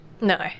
No